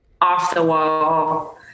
off-the-wall